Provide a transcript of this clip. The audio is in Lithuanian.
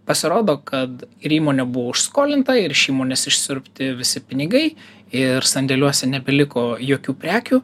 pasirodo kad ir įmonė buvo užskolinta ir iš įmonės išsiurbti visi pinigai ir sandėliuose nebeliko jokių prekių